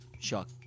shock